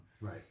Right